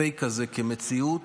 הפייק הזה, כמציאות,